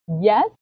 yes